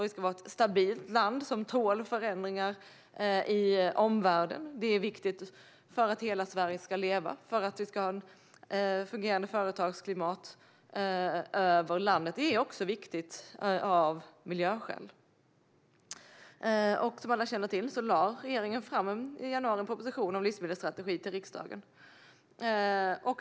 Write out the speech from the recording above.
Vi ska vara ett stabilt land som tål förändringar i omvärlden. Det är viktigt för att hela Sverige ska leva och för att vi ska ha ett fungerande företagsklimat över landet. Det är viktigt också av miljöskäl. Som alla känner till lade regeringen i januari fram en proposition om en livsmedelsstrategi till riksdagen.